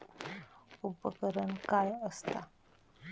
उपकरण काय असता?